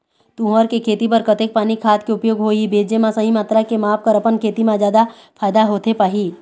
तुंहर के खेती बर कतेक पानी खाद के उपयोग होही भेजे मा सही मात्रा के माप कर अपन खेती मा जादा फायदा होथे पाही?